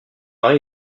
mari